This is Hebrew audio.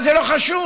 אבל זה לא חשוב,